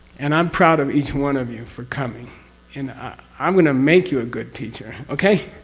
and i'm proud of each one of you for coming and i'm going to make you a good teacher. okay?